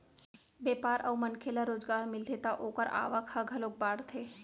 बेपार अउ मनखे ल रोजगार मिलथे त ओखर आवक ह घलोक बाड़थे